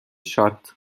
şart